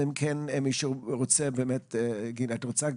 אלא אם כן מישהו רוצה להגיד משהו.